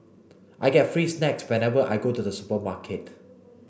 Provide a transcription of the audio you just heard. I get free snacks whenever I go to the supermarket